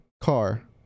car